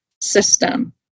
system